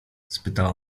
spytała